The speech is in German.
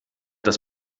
das